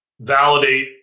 validate